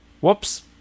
Whoops